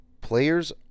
players